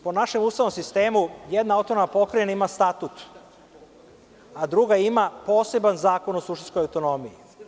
Po našem ustavnom sistemu jedna autonomna pokrajina ima statut, a druga ima poseban zakon o suštinskoj autonomiji.